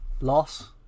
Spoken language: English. loss